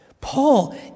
Paul